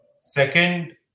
Second